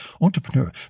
entrepreneur